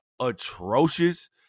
atrocious